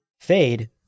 Fade